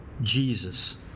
Jesus